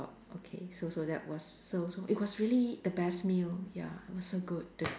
okay so so that was so so it was really the best meal ya it was so good the